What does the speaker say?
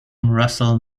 russell